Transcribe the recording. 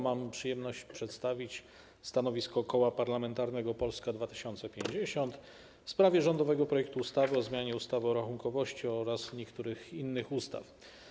Mam przyjemność przedstawić stanowisko Koła Parlamentarnego Polska 2050 w sprawie rządowego projektu ustawy o zmianie ustawy o rachunkowości oraz niektórych innych ustaw.